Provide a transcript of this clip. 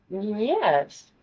Yes